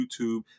youtube